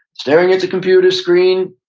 staring at the computer screen.